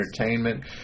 entertainment